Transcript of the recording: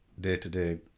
day-to-day